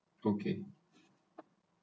okay